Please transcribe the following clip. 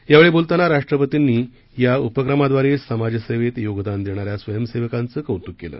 यावेळी बोलताना राष्ट्रपतींनी या उपक्रमाद्वारे समाजसेवेत योगदान देणाऱ्या स्वयंसेवकांच कौतुक केलं